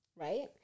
right